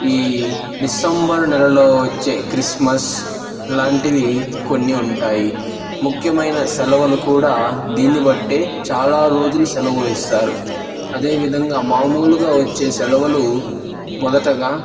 ఈ డిసెంబర్ నెలలో వచ్చే క్రిస్మస్ లాంటివి కొన్ని ఉంటాయి ముఖ్యమైన సెలవలు కూడా దీని బట్టే చాలా రోజుల సెలవులు ఇస్తారు అదేవిధంగా మాములుగా వచ్చే సెలవులు మొదటగా